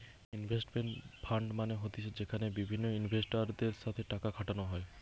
investment fund মানে হতিছে যেখানে বিভিন্ন ইনভেস্টরদের সাথে টাকা খাটানো হয়